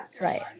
Right